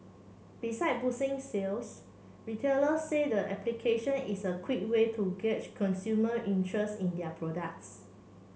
besides boosting sales retailers say the application is a quick way to gauge consumer interest in their products